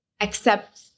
accept